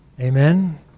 Amen